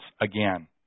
again